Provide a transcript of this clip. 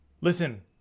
Listen